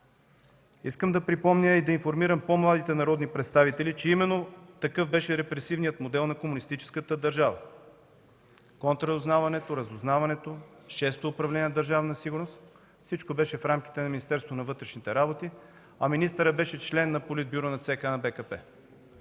Искам да припомня и да информирам по-младите народни представители, че именно такъв беше репресивният модел на комунистическата държава – контраразузнаването, разузнаването, Шесто управление на Държавна сигурност, всичко беше в рамките на Министерството на вътрешните работи, а министърът беше член на Политбюро на ЦК на БКП.